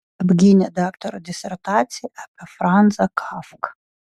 apgynė daktaro disertaciją apie franzą kafką